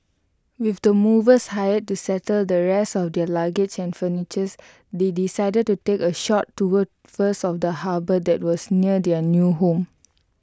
with the movers hired to settle the rest of their luggage and furniture they decided to take A short tour first of the harbour that was near their new home